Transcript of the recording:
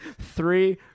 three